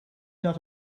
not